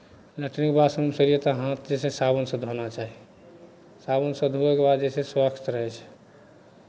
latrine बाथरूमसँ एलियै तऽ हाथ जे छै साबुनसँ धोना चाही साबुनसँ धोअयके बाद जे छै स्वच्छ रहै छै